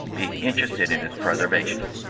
being interested in its preservation.